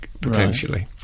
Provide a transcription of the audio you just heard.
potentially